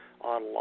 online